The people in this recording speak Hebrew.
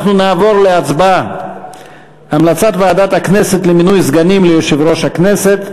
אנחנו נעבור להצבעה על המלצת ועדת הכנסת למינוי סגנים ליושב-ראש הכנסת.